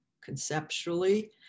conceptually